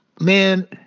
Man